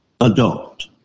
adult